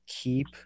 keep